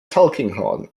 tulkinghorn